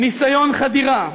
ניסיון חדירה,